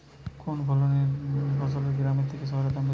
কোন ফসলের গ্রামের থেকে শহরে দাম বেশি?